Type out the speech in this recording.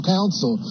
Council